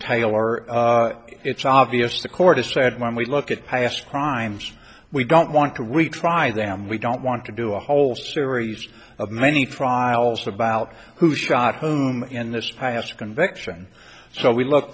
are it's obvious the court has said when we look at past crimes we don't want to retry them we don't want to do a whole series of many trials about who shot her in this past conviction so we lo